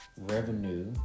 revenue